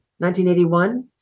1981